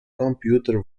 computer